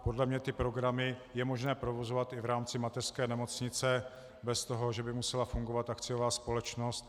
Podle mě ty programy je možné provozovat i v rámci mateřské nemocnice bez toho, že by musela fungovat akciová společnost.